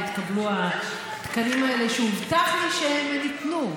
אם התקבלו התקנים האלה שהובטח לי שהם ניתנו.